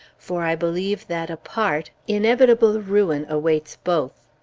for i believe that, apart, inevitable ruin awaits both.